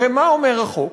הרי מה אומר החוק?